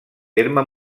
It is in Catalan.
terme